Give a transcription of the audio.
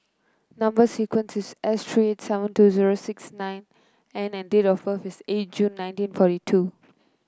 number sequence is S three seven two zero six nine N and date of birth is eight June nineteen forty two